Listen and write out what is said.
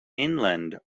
inland